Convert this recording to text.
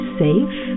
safe